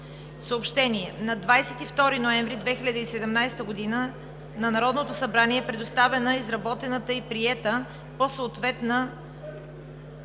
отбрана. - На 22 ноември 2017 г. на Народното събрание е предоставена изработена и приета по съответна